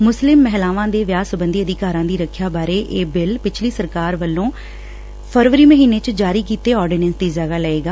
ਮੁਸਲਿਮ ਮਹਿਲਾਵਾਂ ਦੇ ਵਿਆਹ ਸਬੰਧੀ ਅਧਿਕਾਰਾਂ ਦੀ ਰੱਖਿਆ ਬਾਰੇ ਇਹ ਬਿੱਲ ਪਿਛੁਲੀ ਸਰਕਾਰ ਵੱਲੋਂ ਫਰਵਰੀ ਮਹੀਨੇ ਚ ਜਾਰੀ ਕੀਤੇ ਆਰਡੀਨੈਂਸ ਦੀ ਜਗ਼ਾ ਲਏਗਾ